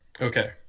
Okay